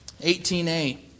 18A